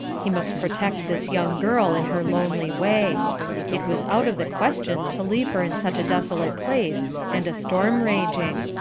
he must protect this young girl in her lonely way it was out of the question to leave her in such a desolate place and a storm raging.